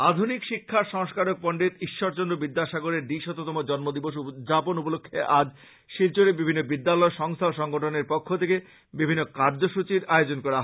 আধুনিক শিক্ষার সংস্কারক পন্ডিত ঈশ্বর চন্দ্র বিদ্যাসাগরের দ্বিশততম জন্ম দিবস উদযাপন উপলক্ষে আজ শিলচরে বিভিন্ন বিদ্যালয় সংস্থা ও সংগঠনের উদ্যোগে নানা কার্যসূচীর আয়োজন করা হয়